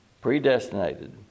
predestinated